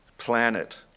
planet